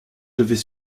devait